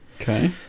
Okay